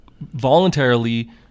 voluntarily